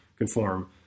conform